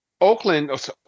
Oakland